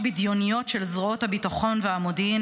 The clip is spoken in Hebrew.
הבדיוניות ממש של זרועות הביטחון והמודיעין